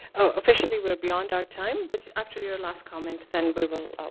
officially we're beyond our time, but after your last comment, then we will